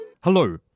Hello